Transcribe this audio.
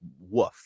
woof